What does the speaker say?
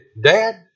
Dad